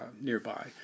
nearby